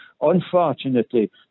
unfortunately